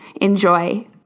enjoy